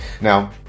Now